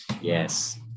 yes